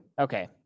okay